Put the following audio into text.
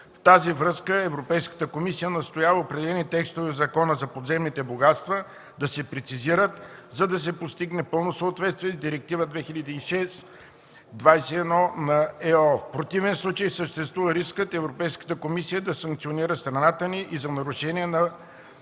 В тази връзка Европейската комисия настоява определени текстове в Закона за подземните богатства да се прецизират, за да се постигне пълно съответствие с Директива 2006/21/ЕО. В противен случай съществува рискът Европейската комисия да санкционира страната ни за нарушение на